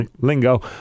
lingo